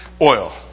Oil